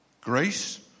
grace